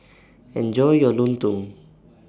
Enjoy your Lontong